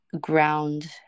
ground